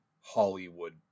Hollywood